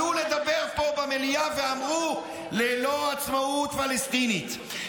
עלו לדבר פה במליאה ואמרו: ללא עצמאות פלסטינית,